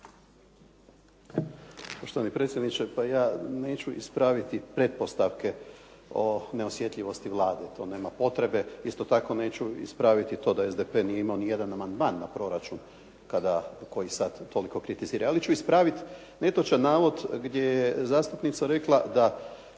Poštovani predsjedniče, ja neću ispraviti pretpostavke o neosjetljivosti Vlade, to nema potrebe. Isto tako, neću ispraviti to da SDP nije imao nijedan amandman na proračun koji sad toliko kritizira, ali ću ispraviti netočan navod gdje je zastupnica rekla da